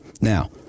Now